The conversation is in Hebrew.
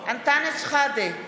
אנטאנס שחאדה,